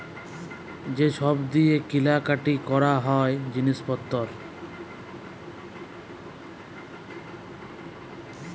যে ছব দিঁয়ে কিলা কাটি ক্যরা হ্যয় জিলিস পত্তর